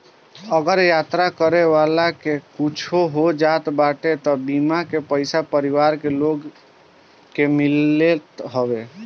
अगर यात्रा करे वाला के कुछु हो जात बाटे तअ बीमा के पईसा परिवार के लोग के मिलत हवे